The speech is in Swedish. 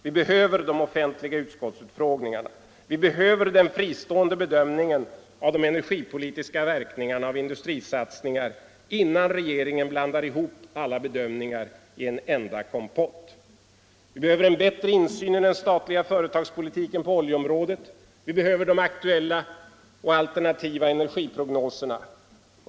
Vi behöver de offentliga utskottsutfrågningarna. Vi behöver en fristående bedömning av de energipolitiska verkningarna av industrisatsningar innan regeringen blandar ihop alla bedömningar i en enda kompott. Vi behöver en bättre insyn i den statliga företagspolitiken på oljeområdet. Vi behöver aktuella och alternativa energiprognoser.